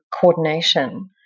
coordination